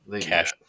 Cash